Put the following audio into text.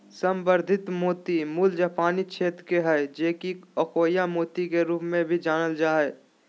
संवर्धित मोती मूल जापानी क्षेत्र के हइ जे कि अकोया मोती के रूप में भी जानल जा हइ